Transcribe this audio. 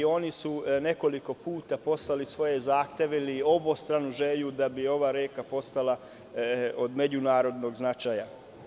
One su nekoliko puta poslali svoje zahteve jer imaju obostranu želju da ova reka postane od međunarodnog značaja.